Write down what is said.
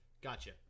Gotcha